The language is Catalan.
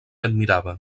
admirava